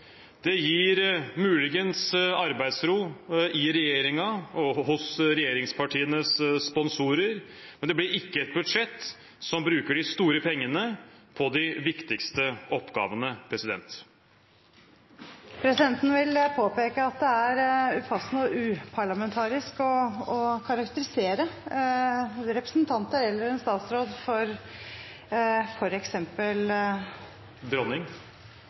Det gir muligens arbeidsro i regjeringen og hos regjeringspartienes sponsorer, men det blir ikke et budsjett som bruker de store pengene på de viktigste oppgavene. Presidenten vil påpeke at det er upassende og uparlamentarisk å karakterisere representanter eller en statsråd som f.eks. ...... dronning?